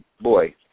boy